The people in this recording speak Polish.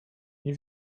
nie